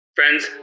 Friends